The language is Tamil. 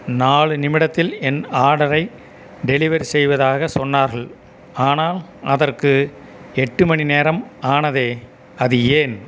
நாலு நிமிடத்தில் என் ஆர்டரை டெலிவெரி செய்வதாகச் சொன்னார்கள் ஆனால் அதற்கு எட்டு மணிநேரம் ஆனதே அது ஏன்